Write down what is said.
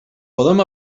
podem